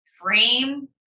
frame